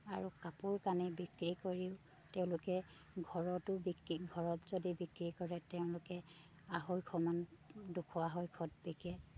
আৰু কাপোৰ কানি বিক্ৰী কৰিও তেওঁলোকে ঘৰতো বিক্ৰী ঘৰত যদি বিক্ৰী কৰে তেওঁলোকে আঢ়ৈশমান দুশ আঢ়ৈশত বিকে